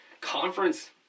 conference